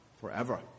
forever